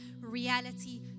reality